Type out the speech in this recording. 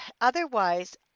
otherwise